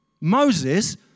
Moses